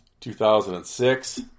2006